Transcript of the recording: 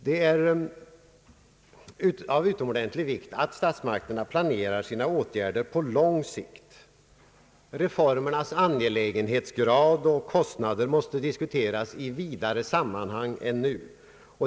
Det är av utomordentlig vikt att statsmakterna planerar sina åtgärder på lång sikt. Reformernas angelägenhetsgrad och kostnaderna för dem måste diskuteras i ett vidare sammanhang än man nu gör.